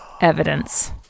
Evidence